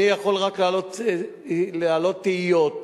אני יכול רק להעלות תהיות,